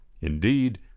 Indeed